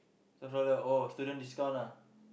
seven dollar oh student discount ah